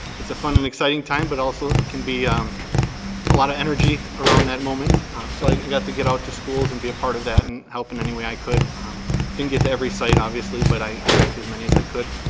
it's a fun and exciting time but also it can be a lot of energy around that moment so like i got to get out to schools and be a part of that and help in any way i could. i didn't get to every site, obviously, but i got to as many as i could.